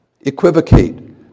equivocate